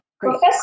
Professor